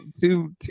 two